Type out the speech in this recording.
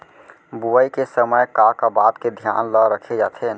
बुआई के समय का का बात के धियान ल रखे जाथे?